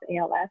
ALS